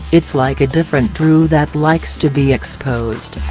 it's like a different dru that likes to be exposed.